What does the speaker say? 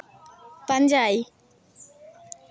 ᱯᱟᱸᱡᱟᱭ